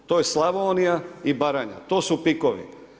To je Slavonija i Baranja, to su pikovi.